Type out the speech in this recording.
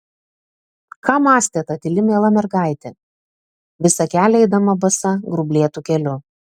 ką mąstė ta tyli miela mergaitė visą kelią eidama basa grublėtu keliu